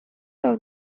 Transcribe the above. love